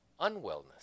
unwellness